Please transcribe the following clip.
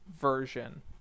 version